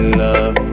love